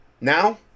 now